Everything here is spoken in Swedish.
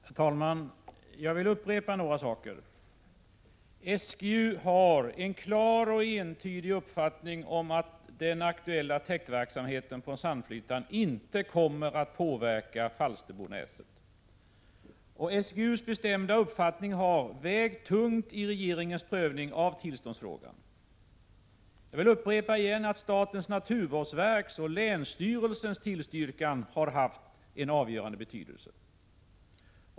Herr talman! Jag vill upprepa några saker. SGU har en klar och entydig uppfattning att den aktuella täktverksamheten på Sandflyttan inte kommer att påverka Falsterbonäset. SGU:s bestämda uppfattning har vägt tungt i regeringens prövning av tillståndsfrågan. Jag vill upprepa att statens naturvårdsverks och länsstyrelsens tillstyrkan har haft en avgörande betydelse.